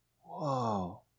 Whoa